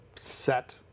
set